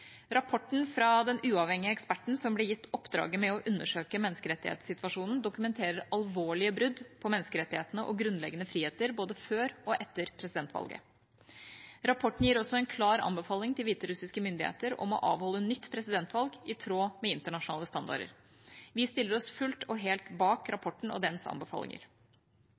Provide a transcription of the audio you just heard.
Rapporten fra den uavhengige eksperten som ble gitt oppdraget med å undersøke menneskerettighetssituasjonen, dokumenterer alvorlige brudd på menneskerettighetene og grunnleggende friheter både før og etter presidentvalget. Rapporten gir også en klar anbefaling til hviterussiske myndigheter om å avholde nytt presidentvalg, i tråd med internasjonale standarder. Vi stiller oss fullt og helt bak rapporten og dens anbefalinger.